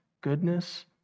goodness